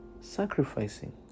sacrificing